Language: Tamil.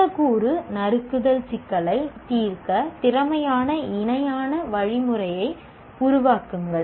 மூலக்கூறு நறுக்குதல் சிக்கலைத் தீர்க்க திறமையான இணையான வழிமுறையை உருவாக்குங்கள்